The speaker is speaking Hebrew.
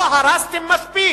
לא הרסתם מספיק,